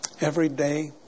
everyday